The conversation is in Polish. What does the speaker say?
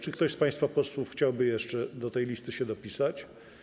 Czy ktoś z państwa posłów chciałby jeszcze do tej listy się dopisać?